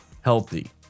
healthy